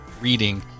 Reading